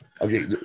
Okay